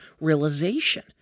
realization